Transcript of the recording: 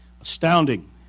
astounding